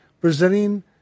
presenting